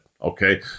Okay